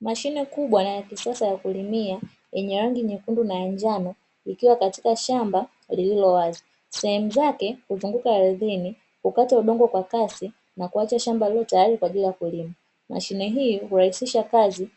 Mashine kubwa na ya kisasa ya kulimia yenye rangi nyekundu na ya njano ikiwa katika shamba lililo wazi, sehemu zake huzunguka ardhini hupata udongo kwa kasi na kuacha shamba lililo tayari kwa ajili ya kulima, mashine hii hurahisisha kazi